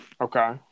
Okay